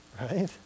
Right